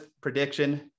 prediction